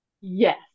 Yes